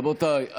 רבותיי,